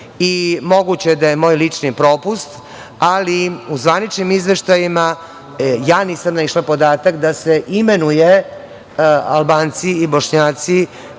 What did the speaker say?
je da je moj lični propust, ali u zvaničnim izveštajima ja nisam naišla na podatak da se imenuju Albanci i Bošnjaci